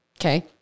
Okay